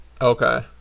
okay